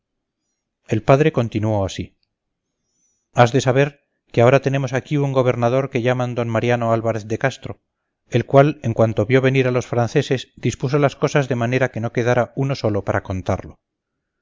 el padre continuó así has de saber que ahora tenemos aquí un gobernador que llaman d mariano álvarez de castro el cual en cuanto vio venir a los franceses dispuso las cosas de manera que no quedara uno solo para contarlo